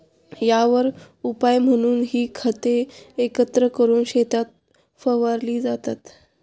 यावर उपाय म्हणून ही खते एकत्र करून शेतात फवारली जातात